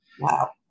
Wow